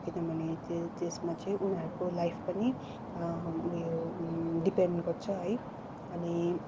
किनभने त्यसमा चाहिँ उनीहरूको लाइफ पनि उयो डिपेन्ड गर्छ है अनि